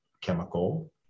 chemical